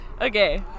okay